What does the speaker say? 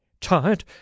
Tired